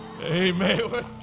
Amen